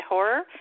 Horror